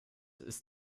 ist